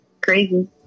Crazy